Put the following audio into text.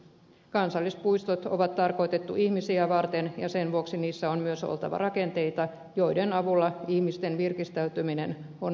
kansallispuistot on tarkoitettu ihmisiä varten ja sen vuoksi niissä on myös oltava rakenteita joiden avulla ihmisten virkistäytyminen on mahdollista